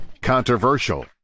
controversial